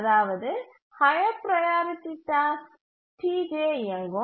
அதாவது higher priority task Tj இயங்கும்